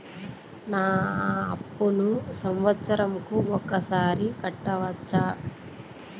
నా అప్పును సంవత్సరంకు ఒకసారి కట్టవచ్చా?